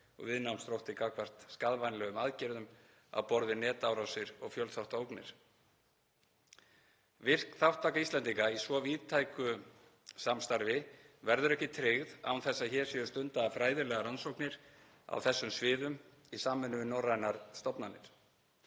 og viðnámsþrótti gagnvart skaðvænlegum aðgerðum á borð við netárásir og fjölþátta ógnir“. Virk þátttaka Íslendinga í svo víðtæku samstarfi verður ekki tryggð án þess að hér séu stundaðar fræðilegar rannsóknir á þessum sviðum í samvinnu við norrænar stofnanir.